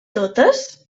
totes